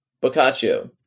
Boccaccio